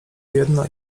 biedna